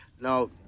Now